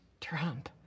Trump